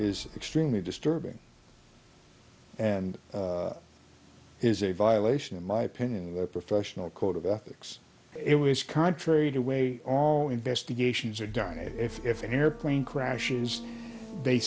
is extremely disturbing and is a violation in my opinion the professional code of ethics it was contrary to way all investigations are done if an airplane crashes they